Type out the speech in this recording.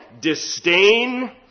disdain